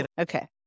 Okay